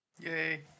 yay